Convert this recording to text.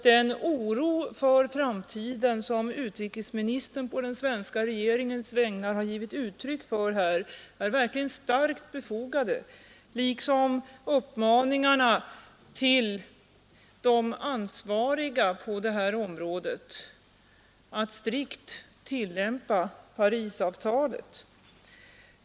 Den oro för framtiden som utrikesministern på den svenska regeringens vägnar här har givit uttryck för är verkligen starkt befogad, liksom uppmaningarna till de ansvariga på det här området att strikt tillämpa Parisavtalet.